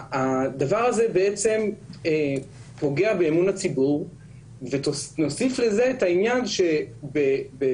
הדבר הזה בעצם פוגע באמון הציבור ונוסיף לזה את העניין שבמו